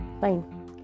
fine